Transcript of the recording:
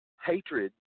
hatred